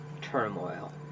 turmoil